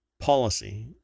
policy